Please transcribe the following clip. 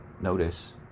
notice